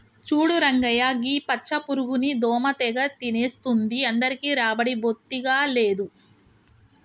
చూడు రంగయ్య గీ పచ్చ పురుగుని దోమ తెగ తినేస్తుంది అందరికీ రాబడి బొత్తిగా లేదు